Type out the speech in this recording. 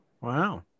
Wow